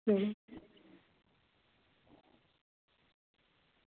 ठीक